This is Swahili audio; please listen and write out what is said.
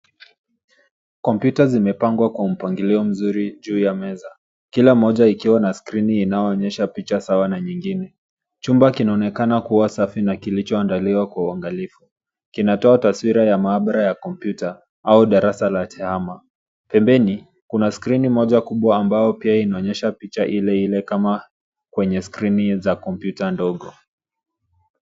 Kompyuta zimepangwa kwa mpangilio mzuri juu ya meza kila mmoja ikiwa na skrini inayoonyesha picha sawa na nyingine. Chumba kinaonekana kuwasafi na kilichoandaliwa kwa uangalifu. Kinatoa taswira ya maabara ya kompyuta au darasa la tehama . Pembeni kuna screen moja kubwa ambao pia inaonyesha picha ile ile kama kwenye skrini za kompyuta ndogo.